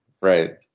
Right